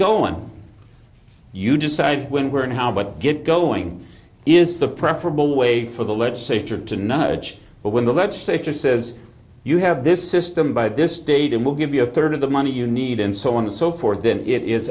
and you decide when where and how but get going is the preferable way for the legislature to nudge but when the legislature says you have this system by this date and we'll give you a third of the money you need and so on and so forth then it is